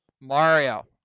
Mario